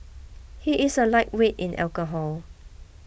he is a lightweight in alcohol